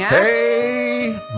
Hey